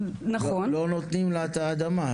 לא נותנים לה את האדמה.